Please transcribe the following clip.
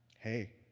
Hey